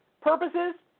purposes